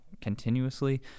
continuously